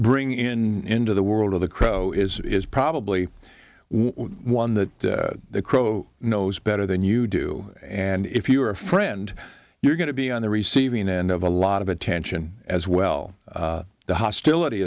bring in to the world of the crow is it is probably one that the crow knows better than you do and if you're a friend you're going to be on the receiving end of a lot of attention as well the hostility